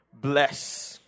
bless